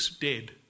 dead